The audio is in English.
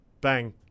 bang